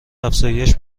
افزایش